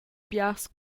biars